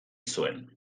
zuen